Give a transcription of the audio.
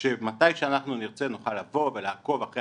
שמתי שאנחנו נרצה נוכל לבוא ולעקוב אחרי